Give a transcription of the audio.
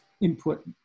input